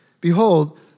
Behold